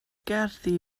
gerddi